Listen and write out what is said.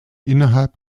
innerhalb